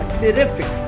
terrific